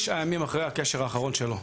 תשעה ימים אחרי הקשר האחרון שלו.